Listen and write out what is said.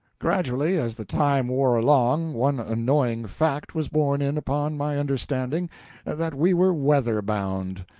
gradually, as the time wore along, one annoying fact was borne in upon my understanding that we were weather-bound.